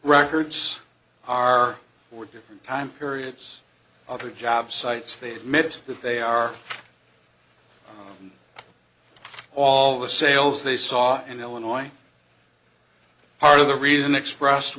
records are were different time periods of her job sites they admit that they are all the sales they saw in illinois part of the reason expressed